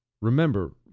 Remember